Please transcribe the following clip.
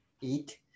eat